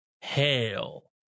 Hail